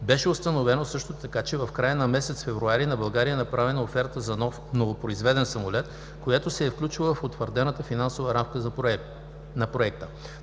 Беше установено също така, че в края на месец февруари на България е направена оферта за новопроизведен самолет, която се е включвала в утвърдената финансова рамка за проекта.